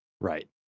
Right